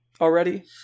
already